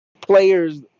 players